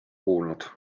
kuulnud